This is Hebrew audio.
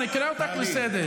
אני קורא אותך לסדר.